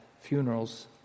funerals